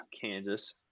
Kansas